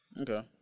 Okay